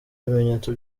ibimenyetso